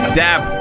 dab